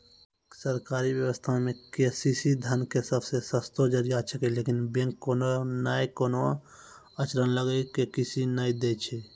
सरकारी व्यवस्था मे के.सी.सी धन के सबसे सस्तो जरिया छिकैय लेकिन बैंक कोनो नैय कोनो अड़चन लगा के के.सी.सी नैय दैय छैय?